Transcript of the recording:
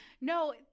no